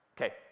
Okay